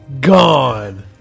Gone